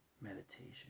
meditation